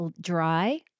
dry